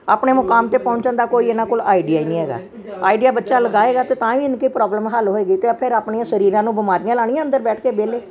ਆਪਣੇ ਮੁਕਾਮ ਤੇ ਪਹੁੰਚਣ ਦਾ ਕੋਈ ਇਹਨਾਂ ਕੋਲ ਆਈਡੀਆ ਈ ਨੀ ਹੈਗਾ ਆਈਡੀਆ ਬੱਚਾ ਲਗਾਏਗਾ ਤੇ ਤਾਂ ਹੀ ਇਨਕੇ ਪ੍ਰੋਬਲਮ ਹੱਲ ਹੋਏਗੀ ਤੇ ਫਿਰ ਆਪਣੀਆਂ ਸਰੀਰਾਂ ਨੂੰ ਬਿਮਾਰੀਆਂ ਲਾਣੀਆਂ ਅੰਦਰ ਬੈਠ ਕੇ ਵਿਹਲੇ